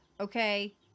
Okay